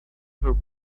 her